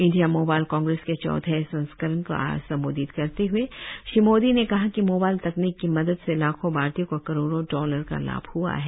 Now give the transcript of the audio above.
India mobile Congress के चौथे संस्करण को आज संबोधित करते हुए श्री मोदी ने कहा कि मोबाइल तकनीक की मदद से लाखों भारतीयों को करोड़ों डॉलर का लाभ हआ है